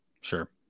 Sure